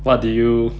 what did you